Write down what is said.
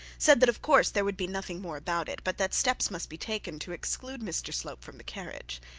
said that of course there would be nothing more about it, but that steps must be taken to exclude mr slope from the carriage.